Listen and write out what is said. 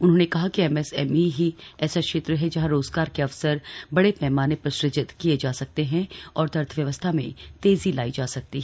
उन्होंने कहा कि एमएसएमई ही ऐसा क्षेत्र है जहां रोजगार के अवसर बड़े पैमाने पर सुजित किए जा सकते हैं और अर्थव्यवस्था में तेजी लाई जा सकती है